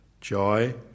joy